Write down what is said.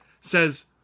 says